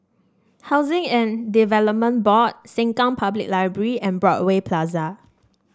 Housing and Development Board Sengkang Public Library and Broadway Plaza